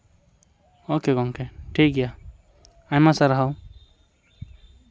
ᱳᱠᱮᱹ ᱜᱚᱢᱠᱮ ᱴᱷᱤᱠ ᱜᱮᱭᱟ ᱟᱭᱢᱟ ᱥᱟᱨᱦᱟᱣ